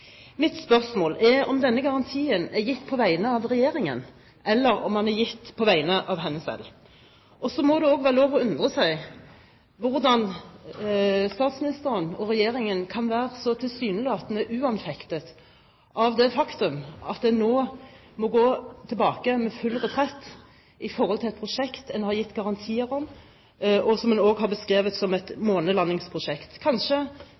Mitt spørsmål er om denne garantien er gitt på vegne av Regjeringen, eller om den er gitt på vegne av henne selv. Så må det også være lov til å undre seg over hvordan statsministeren og Regjeringen kan være så tilsynelatende uanfektet av det faktum at en nå må gjøre full retrett i forhold til et prosjekt en har gitt garantier om, og som en også har beskrevet som et månelandingsprosjekt. Kanskje